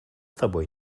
тобой